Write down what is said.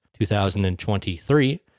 2023